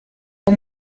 uwo